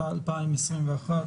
התשפ"א-2021,